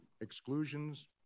exclusions